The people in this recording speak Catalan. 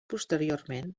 posteriorment